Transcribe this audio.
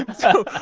ah so.